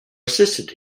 assisted